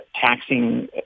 taxing